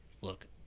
look